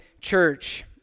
church